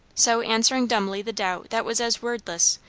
so, answering dumbly the doubt that was as wordless,